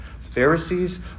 Pharisees